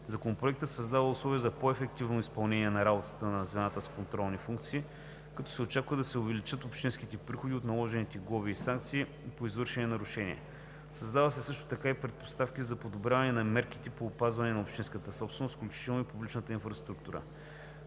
Законопроектът създава условия за по ефективно изпълнение на работата на звената с контролни функции, като се очаква да се увеличат общинските приходи от наложени глоби и санкции по извършени нарушения. Създават се също така и предпоставки за подобряване на мерките по опазване на общинската собственост, включително и публичната инфраструктура.